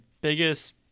biggest